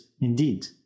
indeed